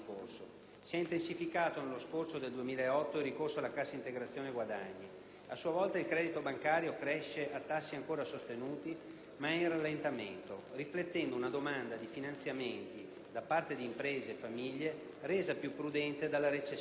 si è intensificato nello scorcio del 2008 il ricorso alla cassa integrazione guadagni. A sua volta, il credito bancario cresce a tassi ancora sostenuti ma è in rallentamento, riflettendo una domanda di finanziamenti da parte di imprese e famiglie resa più prudente dalla recessione.